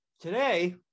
Today